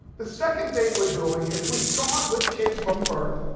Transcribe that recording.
the second thing we are doing is we start with kids from birth,